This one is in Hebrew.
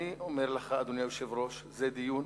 אני אומר לך, אדוני היושב-ראש, זה דיון